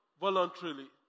voluntarily